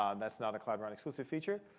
um that's not a cloud run exclusive feature,